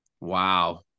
Wow